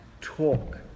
talk